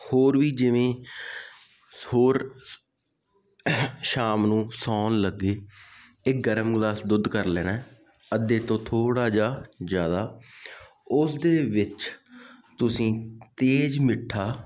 ਹੋਰ ਵੀ ਜਿਵੇਂ ਹੋਰ ਸ਼ਾਮ ਨੂੰ ਸੌਣ ਲੱਗੇ ਇੱਕ ਗਰਮ ਗਿਲਾਸ ਦੁੱਧ ਕਰ ਲੈਣਾ ਅੱਧੇ ਤੋਂ ਥੋੜ੍ਹਾ ਜਿਹਾ ਜ਼ਿਆਦਾ ਉਸਦੇ ਵਿੱਚ ਤੁਸੀਂ ਤੇਜ਼ ਮਿੱਠਾ